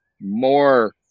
more